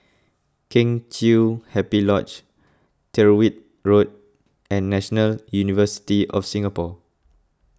Kheng Chiu Happy Lodge Tyrwhitt Road and National University of Singapore